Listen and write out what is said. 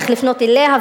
איך לפנות אליה,